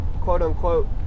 quote-unquote